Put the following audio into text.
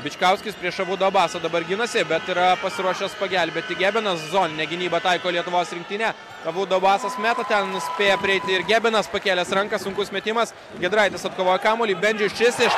bičkauskis prieš abudu abasą dabar ginasi bet yra pasiruošęs pagelbėti gebenas zoninę gynybą taiko lietuvos rinktinė abudu abasas meta ten spėja prieiti ir gebenas pakėlęs ranką sunkus metimas giedraitis atkovojo kamuolį bendžius šis iš